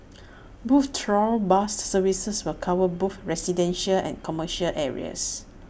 both trial bus services will cover both residential and commercial areas